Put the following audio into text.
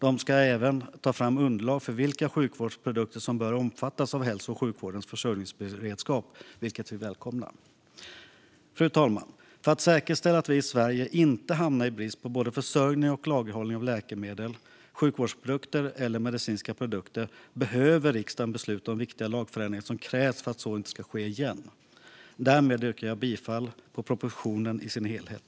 Den ska även ta fram underlag för vilka sjukvårdsprodukter som bör omfattas av hälso och sjukvårdens försörjningsberedskap, vilket vi välkomnar. Fru talman! För att säkerställa att vi i Sverige inte hamnar i brist på både försörjning och lagerhållning av läkemedel, sjukvårdsprodukter eller medicinska produkter behöver riksdagen besluta om viktiga lagförändringar som krävs för att så inte ska ske igen. Därmed yrkar jag bifall till propositionen i sin helhet.